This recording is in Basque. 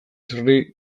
sri